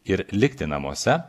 ir likti namuose